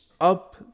Up